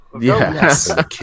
Yes